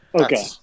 Okay